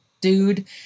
dude